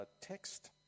text